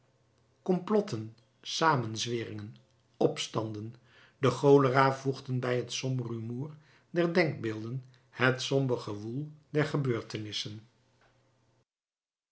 complotten samenzweringen opstanden de cholera voegden bij het somber rumoer der denkbeelden het somber gewoel der gebeurtenissen